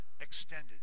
extended